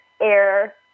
air